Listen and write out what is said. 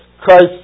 Christ